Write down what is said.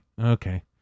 Okay